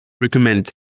recommend